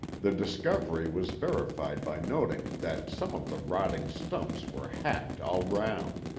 the discovery was verified by noting that some of the rotting stumps were hacked all round,